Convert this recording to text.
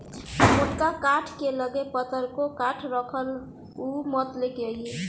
मोटका काठ के लगे पतरको काठ राखल उ मत लेके अइहे